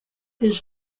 his